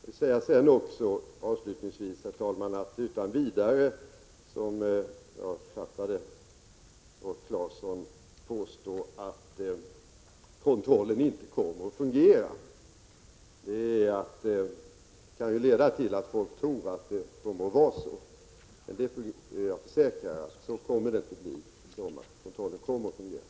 Jag vill, herr talman, avslutningsvis säga att så, som jag uppfattade att Rolf Clarkson gjorde, utan vidare påstå att kontrollen inte kommer att fungera kan leda till att folk tror att det kommer att vara så. Men jag försäkrar: så kommer det inte att bli i sommar. Kontrollen kommer att fungera.